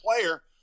player